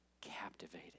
captivated